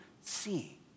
see